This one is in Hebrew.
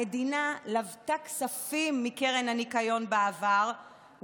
המדינה לוותה כספים מקרן הניקיון בעבר,